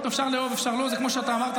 ובזה אני אסיים,